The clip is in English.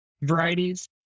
varieties